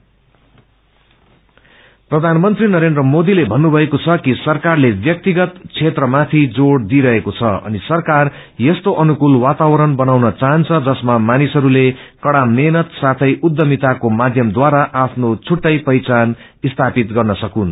प्रस्त प्र धानमंत्री नरेन्द्र मोदीले भन्नुभएको छ कि सरकारले व्याक्तिगत क्षेत्रमाथि जोड़ दिइरहेको छ अनि यस्तो अनुकूल वातावरण बनाउन चाहन्छ जसमा मानिसहरूले कड़ा मेहनत साथै उद्यमिताको माध्यमद्वारा आफ्नो छुट्टै पहिचान स्थापित गर्न सकून्